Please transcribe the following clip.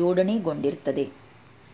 ಜೋಡಣೆಗೊಂಡಿರ್ತದೆ